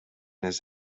his